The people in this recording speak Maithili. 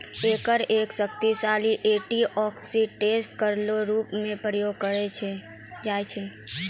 एकरो एक शक्तिशाली एंटीऑक्सीडेंट केरो रूप म प्रयोग करलो जाय छै